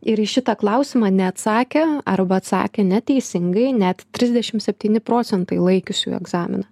ir į šitą klausimą neatsakė arba atsakė neteisingai net trisdešim septyni procentai laikiusiųjų egzaminą